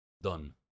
done